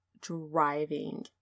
driving